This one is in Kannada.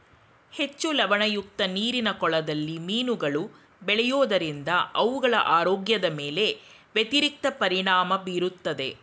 ಹೆಚ್ಚು ಲವಣಯುಕ್ತ ನೀರಿನ ಕೊಳದಲ್ಲಿ ಮೀನುಗಳು ಬೆಳೆಯೋದರಿಂದ ಅವುಗಳ ಆರೋಗ್ಯದ ಮೇಲೆ ವ್ಯತಿರಿಕ್ತ ಪರಿಣಾಮ ಬೀರುತ್ತದೆ